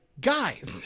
guys